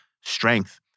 strength